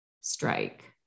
strike